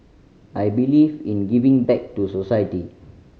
I believe in giving back to society